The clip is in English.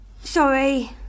Sorry